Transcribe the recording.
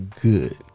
good